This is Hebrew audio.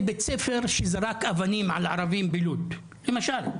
בית הספר שזרק אבנים על ערבים בלוד למשל.